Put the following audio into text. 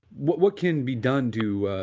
what what can be done to,